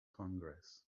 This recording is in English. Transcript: congress